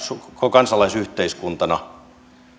kansalaisyhteiskuntana